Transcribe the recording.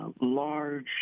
large